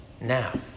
now